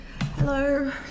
hello